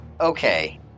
Okay